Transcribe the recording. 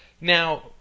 Now